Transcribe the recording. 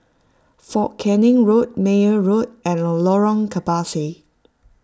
fort Canning Road Meyer Road and Lorong Kebasi